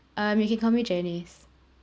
um you can call me janice